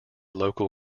local